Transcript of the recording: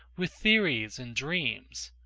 with theories and dreams?